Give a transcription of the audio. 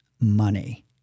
Money